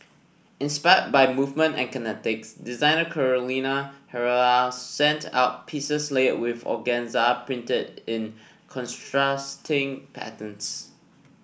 inspired by movement and kinetics designer Carolina Herrera sent out pieces layered with organza printed in contrasting patterns